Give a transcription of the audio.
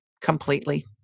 completely